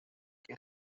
que